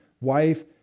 wife